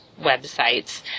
websites